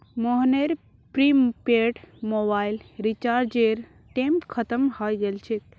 मोहनेर prepaid mobile रीचार्जेर time खत्म हय गेल छे